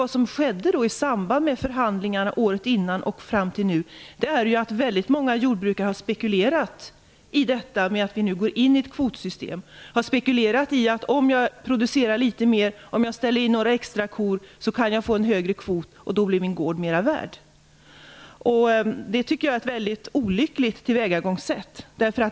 Vad som skedde i samband med förhandlingar året innan och fram till nu är att väldigt många jordbrukare spekulerade i att vi nu går in i ett kvotsystem. De spekulerarade i att om de producerar litet mera och ställer in några extra kor kan de få en högre kvot, och då blir deras gård mera värd. Jag tycker att det är väldigt olyckligt.